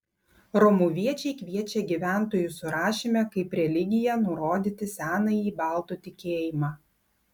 romuviečiai kviečia gyventojų surašyme kaip religiją nurodyti senąjį baltų tikėjimą